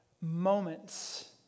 moments